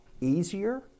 easier